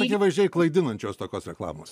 akivaizdžiai klaidinančios tokios reklamos